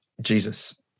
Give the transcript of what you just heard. Jesus